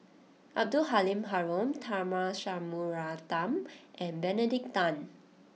Abdul Halim Haron Tharman Shanmugaratnam and Benedict Tan